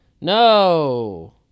No